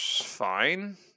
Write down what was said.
fine